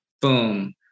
Boom